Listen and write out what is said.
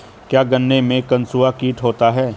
क्या गन्नों में कंसुआ कीट होता है?